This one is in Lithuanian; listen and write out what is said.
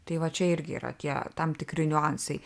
tai va čia irgi yra kie tam tikri niuansai